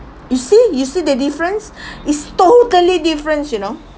you see you see the difference it's totally different you know